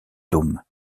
dôme